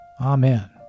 Amen